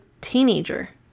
teenager